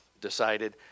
decided